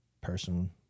person